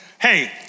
hey